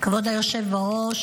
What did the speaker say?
בראש,